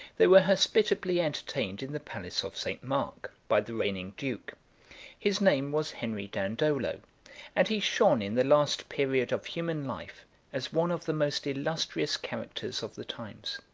they were hospitably entertained in the palace of st. mark, by the reigning duke his name was henry dandolo and he shone in the last period of human life as one of the most illustrious characters of the times.